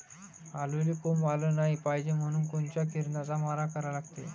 आलूले कोंब आलं नाई पायजे म्हनून कोनच्या किरनाचा मारा करा लागते?